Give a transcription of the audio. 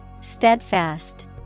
Steadfast